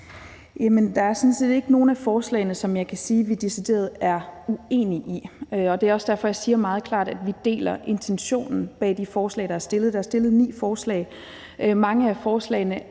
Der er sådan set ikke nogen af forslagene, som jeg kan sige vi decideret er uenige i. Det er også derfor, jeg meget klart siger, at vi deler intentionen bag det forslag, der er stillet. Der er stillet ni forslag. Mange af forslagene